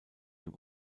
dem